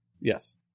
Yes